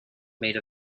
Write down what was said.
made